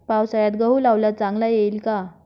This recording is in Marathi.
पावसाळ्यात गहू लावल्यास चांगला येईल का?